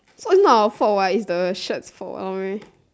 also not our fault what it's the shirt fault